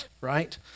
right